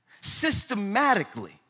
systematically